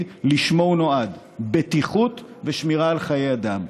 לשמו הוא נועד: בטיחות ושמירה על חיי אדם.